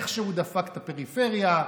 איכשהו דפק את הפריפריה.